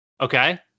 Okay